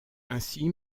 ainsi